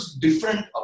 different